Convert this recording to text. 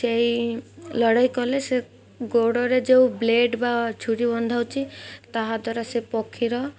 ସେଇ ଲଢ଼େଇ କଲେ ସେ ଗୋଡ଼ରେ ଯେଉଁ ବ୍ଲେଡ଼୍ ବା ଛୁୁରୀ ବନ୍ଧଉଛି ତାହାଦ୍ୱାରା ସେ ପକ୍ଷୀର